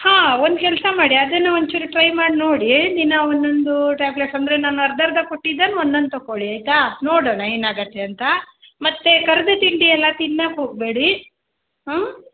ಹಾಂ ಒಂದು ಕೆಲಸ ಮಾಡಿ ಅದನ್ನ ಒಂಚೂರು ಟ್ರೈ ಮಾಡಿ ನೋಡಿ ದಿನ ಒನ್ನೊಂದೂ ಟ್ಯಾಬ್ಲೇಟ್ಸ್ ಅಂದರೆ ನಾನ್ ಅರ್ಧರ್ಧ ಕೊಟ್ಟಿದ್ದನ್ನು ಒನ್ನೊಂದು ತಕೊಳ್ಳಿ ಆಯಿತಾ ನೋಡೋಣ ಏನಾಗತ್ತೆ ಅಂತಾ ಮತ್ತು ಕರ್ದ ತಿಂಡಿ ಎಲ್ಲ ತಿನ್ನಾಕೆ ಹೋಗ್ಬೇಡಿ ಹಾಂ